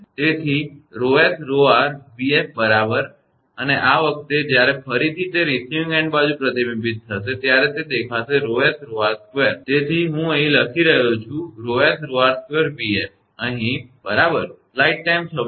તેથી 𝜌𝑠𝜌𝑟𝑣𝑓 બરાબર અને આ વખતે જ્યારે ફરીથી જ્યારે તે રિસીવીંગ એન્ડ બાજુ પ્રતિબિંબિત થશે ત્યારે તે દેખાશે તે 𝜌𝑠𝜌𝑟2 હશે તે હું અહીં લખી રહ્યો છું અહીં 𝜌𝑠𝜌𝑟2𝑣𝑓 અહીં બરાબર